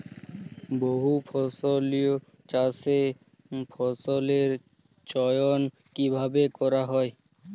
বহুফসলী চাষে ফসলের চয়ন কীভাবে করা হয়?